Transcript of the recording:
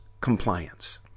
compliance